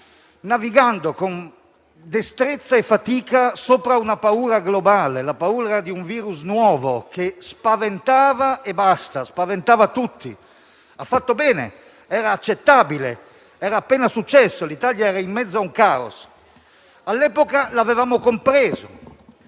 navigando con destrezza e fatica sopra una paura globale, quella di un virus nuovo, che spaventava tutti. Ha fatto bene ed era accettabile, perché era appena successo e l'Italia era in mezzo al caos. All'epoca lo avevamo compreso